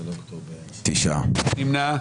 מי נמנע?